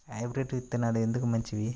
Hybrid విత్తనాలు ఎందుకు మంచివి?